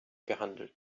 gehandelt